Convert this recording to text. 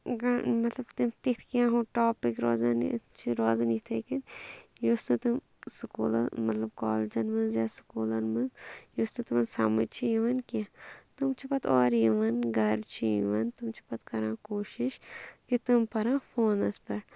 مطلب تِم تِتھۍ کیٚنٛہہ ٹاپِک روزان چھِ روزان یِتھَے کٔنۍ یُس نہٕ تم سکوٗلَن مطلب کالجَن منٛز یا سکوٗلَن منٛز یُس نہٕ تٕمَن سَمٕجھ چھِ یِوَان کیٚنٛہہ تِم چھِ پَتہٕ اورٕ یِوَان گَرٕ چھِ یِوان تِم چھِ پَتہٕ کَران کوٗشِش کہِ تِم پَران فونَس پٮ۪ٹھ